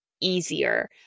easier